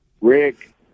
Rick